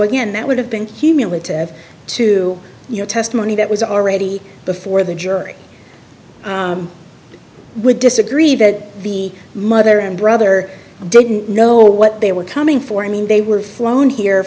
again that would have been cumulative to you know testimony that was already before the jury would disagree that the mother and brother didn't know what they were coming for i mean they were flown here